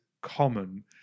common